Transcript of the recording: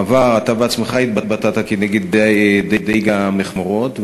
בעבר אתה עצמך התבטאת כנגד דיג המכמורות,